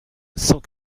cent